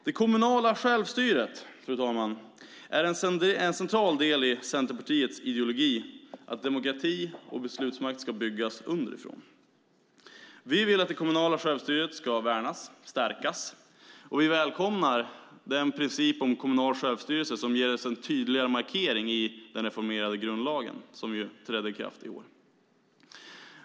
Det kommunala självstyret, fru talman, är en central del i Centerpartiets ideologi: att demokrati och beslutsmakt ska byggas underifrån. Vi vill att det kommunala självstyret ska värnas och stärkas, och vi välkomnar den princip om kommunal självstyrelse som ges en tydligare markering i den reformerade grundlag som trädde i kraft i år.